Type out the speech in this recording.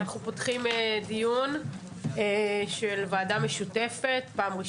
אנחנו פותחים דיון של ועדה משותפת בפעם,